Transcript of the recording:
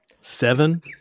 Seven